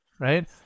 right